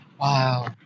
Wow